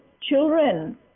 children